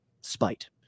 Spite